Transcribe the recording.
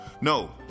No